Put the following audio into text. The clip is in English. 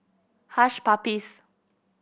Hush Puppies